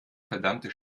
verdammte